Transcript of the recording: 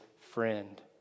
friend